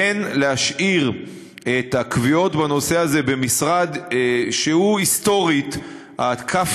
בין להשאיר את הקביעות בנושא הזה במשרד שהיסטורית הכף